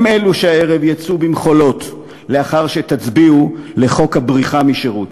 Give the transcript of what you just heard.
הם אלו שהערב יצאו במחולות לאחר שתצביעו על חוק הבריחה משירות.